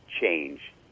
change